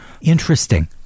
interesting